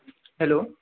hello